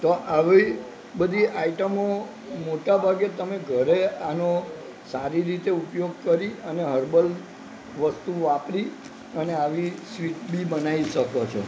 તો આવી બધી આઈટમો મોટાભાગે તમે ઘરે આનો સારી રીતે ઉપયોગ કરી અને હર્બલ વસ્તુ વાપરી અને આવી સ્વીટ બી બનાવી શકો છો